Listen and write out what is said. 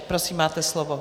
Prosím, máte slovo.